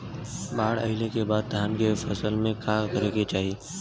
बाढ़ आइले के बाद धान के फसल में का करे के चाही?